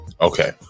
okay